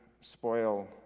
spoil